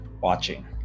watching